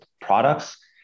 products